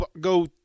go